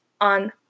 on